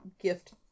gift